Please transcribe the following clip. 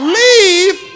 leave